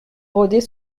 rôder